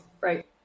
right